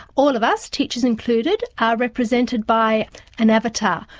all of us, teachers included, are represented by an avatar,